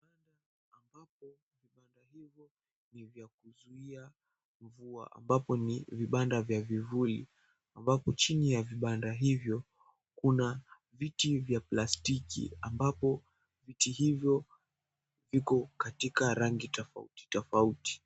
Ambapo vibanda hivyo ni vya kuzuia mvua ambapo ni vibanda vya vya vivuli ambapo chini ya vibanda hivyo kuna viti vya vya plastiki ambapo viti hivo viko katika rangi tafauti fafauti.